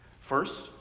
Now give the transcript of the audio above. First